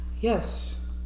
Yes